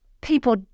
People